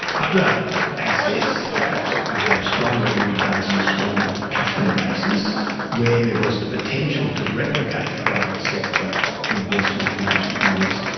other assets that ah had strong revenue bases, strong customer bases where there was the potential to replicate private sector investment and management models,